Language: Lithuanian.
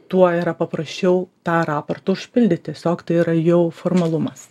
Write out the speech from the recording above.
tuo yra paprasčiau tą raportą užpildyt tiesiog tai yra jau formalumas